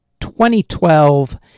2012